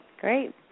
great